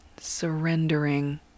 Surrendering